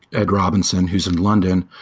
ed robinson, who's in london,